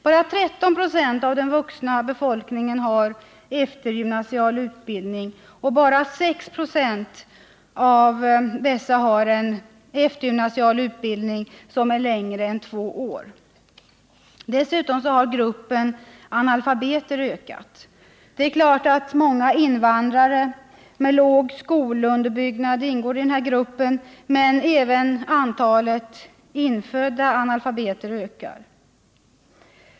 Bara 13 26 av den vuxna befolkningen har eftergymnasial utbildning, och bara 6 26 av dessa har en eftergymnasial utbildning som är längre än två år. Dessutom har gruppen analfabeter ökat. Det är klart att många invandrare med låg skolunderbyggnad ingår i denna grupp, men även antalet infödda analfabeter ökar.